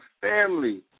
family